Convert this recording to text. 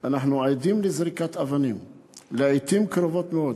אנחנו עדים לזריקת אבנים לעתים קרובות מאוד.